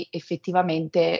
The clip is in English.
effettivamente